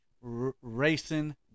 racing